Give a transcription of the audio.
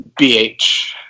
BH